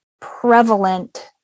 prevalent